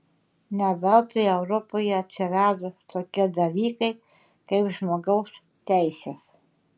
ne veltui europoje atsirado tokie dalykai kaip žmogaus teisės